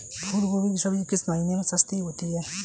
फूल गोभी की सब्जी किस महीने में सस्ती होती है?